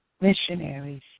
missionaries